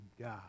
God